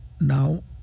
now